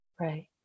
right